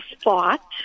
spot